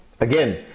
again